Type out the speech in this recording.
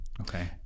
Okay